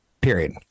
Period